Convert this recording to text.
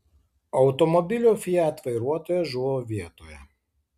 automobilio fiat vairuotojas žuvo vietoje